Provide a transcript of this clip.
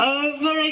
over